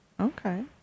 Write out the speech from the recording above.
Okay